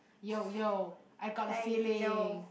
yo yo I gotta feeling